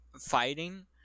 fighting